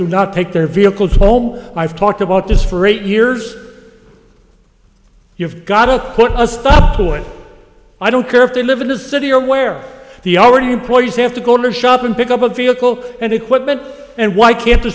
to not take their vehicles home i've talked about this for eight years you've got to put a stop to it i don't care if they live in a city where the already employees have to go to shop and pick up a vehicle and equipment and why can't the